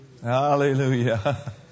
Hallelujah